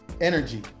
energy